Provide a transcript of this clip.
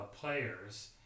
players